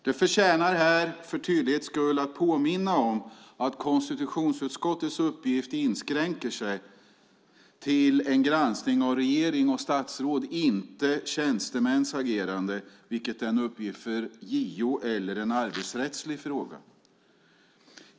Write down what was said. Det förtjänar här för tydlighetens skull att påminna om att konstitutionsutskottets uppgift inskränker sig till en granskning av regering och statsråd - inte av tjänstemäns agerande, vilket är en uppgift för JO eller en arbetsrättslig fråga.